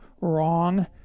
Wrong